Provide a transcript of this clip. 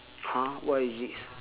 !huh! what is it